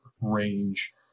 range